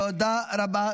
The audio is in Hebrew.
תודה רבה.